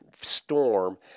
storm